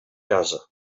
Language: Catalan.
casa